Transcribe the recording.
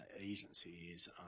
agencies